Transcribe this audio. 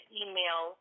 email